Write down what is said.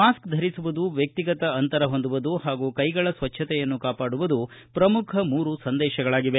mask ಧರಿಸುವುದು ವ್ಯಕ್ತಿಗತ ಅಂತರ ಹೊಂದುವುದು ಹಾಗೂ ಕೈಗಳ ಸ್ವಜ್ಞತೆಯನ್ನು ಕಾಪಾಡುವುದು ಪ್ರಮುಖ ಮೂರು ಸಂದೇಶಗಳಾಗಿವೆ